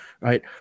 right